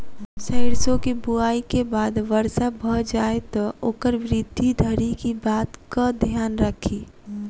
सैरसो केँ बुआई केँ बाद वर्षा भऽ जाय तऽ ओकर वृद्धि धरि की बातक ध्यान राखि?